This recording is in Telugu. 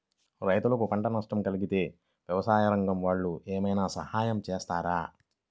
రైతులకు పంట నష్టం కలిగితే వ్యవసాయ రంగం వాళ్ళు ఏమైనా సహాయం చేస్తారా?